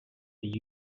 the